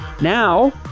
Now